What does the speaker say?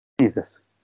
Jesus